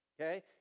Okay